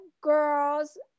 girls